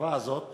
ההטבה הזאת